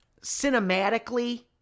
cinematically